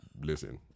listen